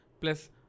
plus